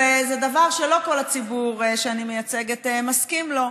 וזה דבר שלא כל הציבור שאני מייצגת מסכים לו,